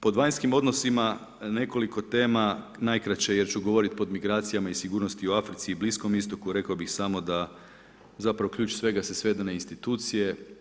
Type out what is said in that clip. Pod vanjskim odnosima nekoliko tema najkraće jer ću govorit pod migracijama i sigurnosti o Africi i Bliskom istoku rekao bih samo da zapravo ključ svega se svede na institucije.